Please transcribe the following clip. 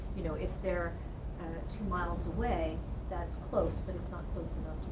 you know, it's they're two miles away that's close but it's not close